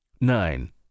nine